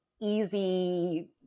easy